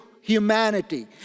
humanity